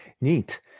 Neat